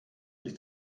ich